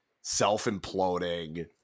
self-imploding